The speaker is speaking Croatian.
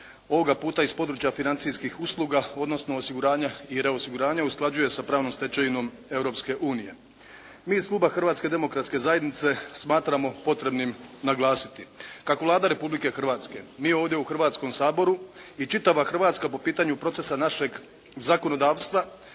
ovoga puta iz područja financijskih usluga, odnosno osiguranja i reosiguranja usklađuje sa pravnom stečevinom Europske unije. Mi iz kluba Hrvatske demokratske zajednice smatramo potrebnim naglasiti kako Vlada Republike Hrvatske, mi ovdje u Hrvatskom saboru i čitava Hrvatska po pitanju procesa našeg zakonodavstva